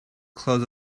close